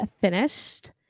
finished